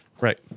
Right